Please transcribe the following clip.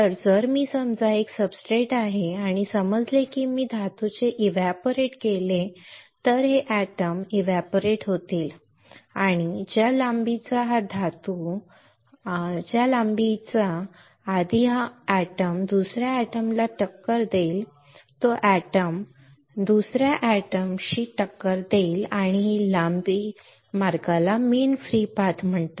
तर जर मी समजा की हा एक सब्सट्रेट आहे असे समजले की मी धातूचे एव्हपोरेट केले तर हे एटम एव्हपोरेट होतील आणि ज्या लांबीच्या आधी हा एटम दुसर्या एटम ला टक्कर देईल तो एटम x दुसर्या एटम शी टक्कर देईल आणि ही लांबी मार्गाला मीन फ्री पाथ म्हणतात